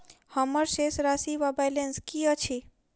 हम्मर शेष राशि वा बैलेंस की अछि?